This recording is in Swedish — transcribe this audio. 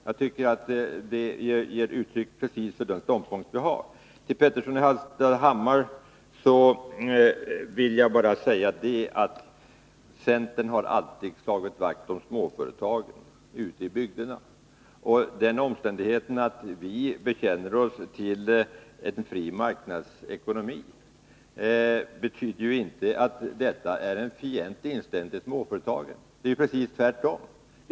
Jag tycker att det ger uttryck för precis den ståndpunkt som vi har. Till Hans Petersson i Hallstahammar vill jag bara säga att centern alltid slagit vakt om småföretagen ute i bygderna. Den omständigheten att vi bekänner oss till en fri marknadsekonomi betyder ju inte att detta är en fientlig inställning till småföretagen — det är precis tvärtom.